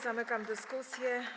Zamykam dyskusję.